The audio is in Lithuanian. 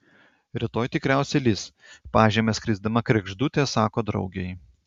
rytoj tikriausiai lis pažeme skrisdama kregždutė sako draugei